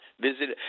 visited